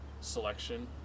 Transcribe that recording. selection